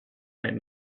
might